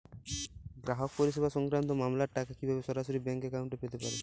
গ্রাহক পরিষেবা সংক্রান্ত মামলার টাকা কীভাবে সরাসরি ব্যাংক অ্যাকাউন্টে পেতে পারি?